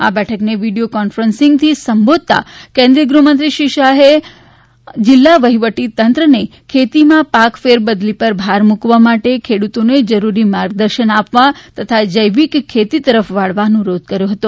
આ બેઠકને વિડિયો કોન્ફરન્સથી સંબોધતા કેન્દ્રીય ગૃહમંત્રી શ્રી અમિતશાહે જિલ્લા વફીટીતંત્રને ખેતીમાં પાક ફેરબદલી પર ભાર મુકવા માટે ખેડૂતોને જરૂરી માર્ગદર્શન આપવા તથા અને જૈવિક ખેતી તરફ વાળવા તાકીદ અનુરોધ કર્યો હતો